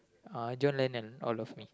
uh John Lennon all of me